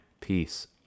Peace